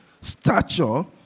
stature